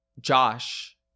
Josh